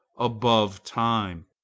above time.